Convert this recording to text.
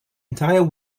entire